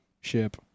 ship